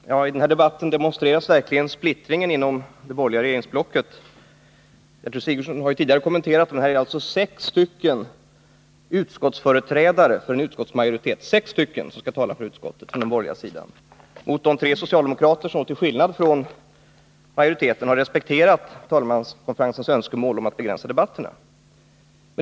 Herr talman! I den här debatten demonstreras verkligen splittringen inom det borgerliga regeringsblocket — Gertrud Sigurdsen har ju tidigare kommenterat den. Sex utskottsföreträdare på de borgerligas sida skall tala för utskottets skrivning mot de tre socialdemokrater som -— till skillnad från majoriteten — har respekterat talmanskonferensens önskemål om att begränsa debatterna.